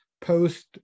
post